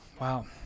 wow